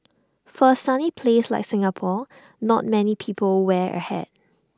for A sunny place like Singapore not many people wear A hat